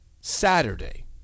Saturday